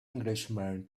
englishman